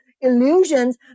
illusions